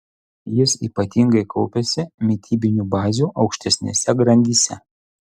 jis ypatingai kaupiasi mitybinių bazių aukštesnėse grandyse